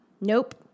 Nope